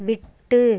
விட்டு